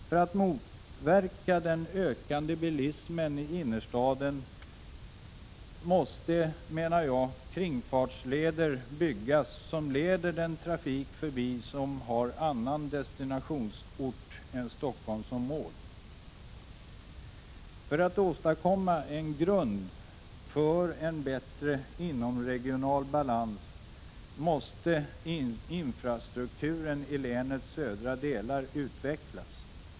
För att motverka den ökande bilismen i innerstaden måste, menar jag, kringfartsleder byggas som leder den trafik förbi som har annan destinationsort än Stockholm. För att åstadkomma en grund för en bättre inomregional balans måste infrastrukturen i länets södra delar utvecklas.